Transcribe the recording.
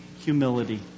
humility